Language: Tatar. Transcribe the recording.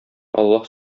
аллаһ